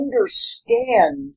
understand